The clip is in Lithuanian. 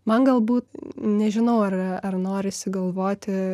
man galbūt nežinau ar ar norisi galvoti